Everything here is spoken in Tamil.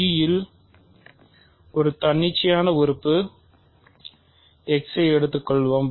G இல் ஒரு தன்னிச்சையான உறுப்பு x ஐஎடுத்துக்கொள்வோம்